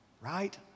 right